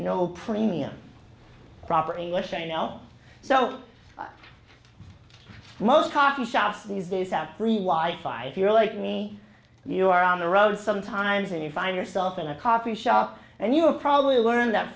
know premium proper english i know so most talking shops these days out free why buy if you're like me you are on the road sometimes and you find yourself in a coffee shop and you have probably learned that